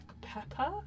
pepper